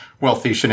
wealthy